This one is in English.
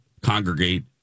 congregate